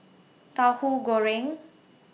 Tahu Goreng